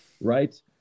right